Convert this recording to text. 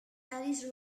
alice